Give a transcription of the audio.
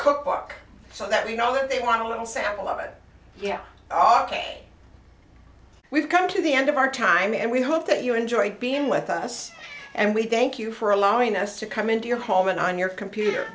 cookbook so that you know when they want a little sample of it yeah oh ok we've come to the end of our time and we hope that you enjoy being with us and we thank you for allowing us to come into your home and on your computer